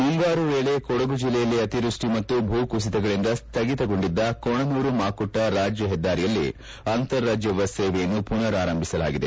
ಮುಂಗಾರು ವೇಳೆ ಕೊಡಗು ಜಿಲ್ಲೆಯಲ್ಲಿ ಅತಿವೃಷ್ಟಿ ಮತ್ತು ಭೂ ಕುಸಿತಗಳಿಂದ ಸ್ಥಗಿತಗೊಳಿಸಲಾಗಿದ್ದ ಕೊಣನೂರು ಮಾಕುಟ್ಟ ರಾಜ್ಯ ಹೆದ್ದಾರಿಯಲ್ಲಿ ಅಂತಾರಾಜ್ಯ ಬಸ್ ಸೇವೆಯನ್ನು ಪುನರ್ ಆರಂಭಿಸಲಾಗಿದೆ